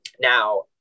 now